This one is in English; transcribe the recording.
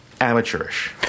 amateurish